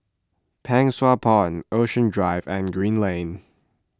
Pang Sua Pond Ocean Drive and Green Lane